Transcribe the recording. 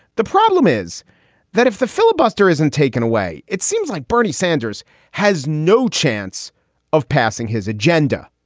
the problem is that if the filibuster isn't taken away, it seems like bernie sanders has no chance of passing his agenda.